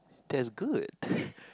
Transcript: that's good